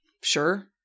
sure